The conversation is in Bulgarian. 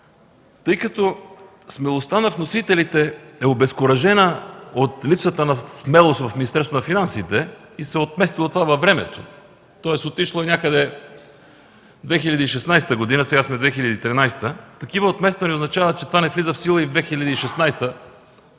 тъй като смелостта на вносителите е обезкуражена от липсата на смелост в Министерството на финансите и се отмества от това във времето, тоест отишла е някъде през 2016 г., а сега сме 2013, такива отмествания означават, че това не влиза в сила и през 2016. Господ